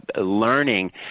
learning